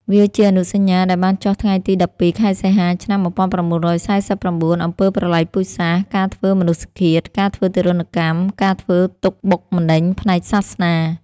វាជាអនុសញ្ញាដែលបានចុះថ្ងៃទី១២ ខែសីហា ឆ្នាំ១៩៤៩ អំពើប្រល័យពូជសាសន៍ ការធ្វើមនុស្សឃាត ការធ្វើទារុណកម្ម ការធ្វើទុក្ខបុក ម្នេញផ្នែកសាសនា។